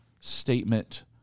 statement